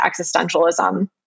existentialism